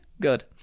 Good